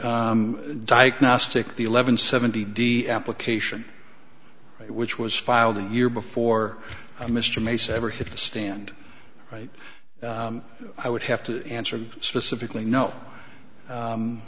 diagnostic the eleven seventy d application which was filed a year before mr mason ever hit the stand right i would have to answer specifically no